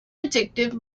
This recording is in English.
addictive